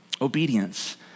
Obedience